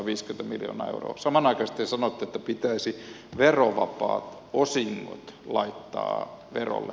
samanaikaisesti te sanotte että pitäisi verovapaat osingot laittaa verolle